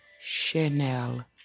Chanel